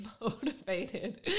motivated